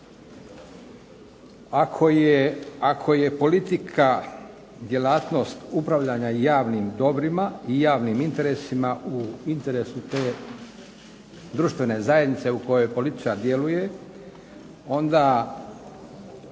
Ako je politika djelatnost upravljanja javnim dobrima i javnim interesima u interesu te društvene zajednice u kojoj politika djeluje onda